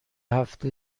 هفته